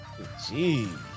Jeez